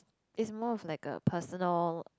it's more of like a personal